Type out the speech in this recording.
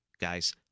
guys